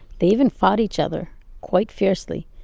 they even fought each other quite fiercely.